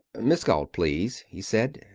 miss galt, please, he said.